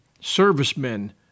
servicemen